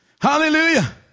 Hallelujah